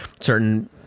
certain